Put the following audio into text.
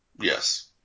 Yes